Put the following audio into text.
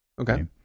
Okay